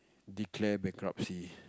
declare bankruptcy